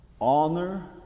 honor